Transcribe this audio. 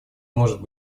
может